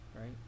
right